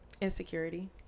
Insecurity